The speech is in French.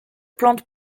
plantes